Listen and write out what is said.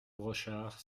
brochard